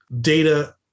data